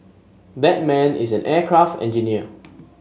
that man is an aircraft engineer